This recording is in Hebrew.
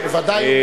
בוודאי.